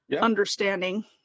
understanding